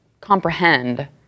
comprehend